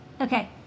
Okay